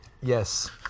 Yes